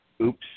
Oops